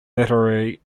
literary